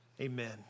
amen